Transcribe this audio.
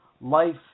Life